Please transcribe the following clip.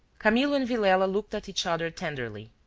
camillo and villela looked at each other tenderly.